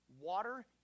water